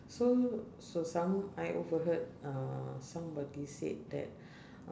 so so some I overheard uh somebody said that